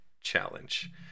challenge